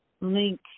link